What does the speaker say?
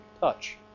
touch